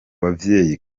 bavyeyi